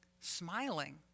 smiling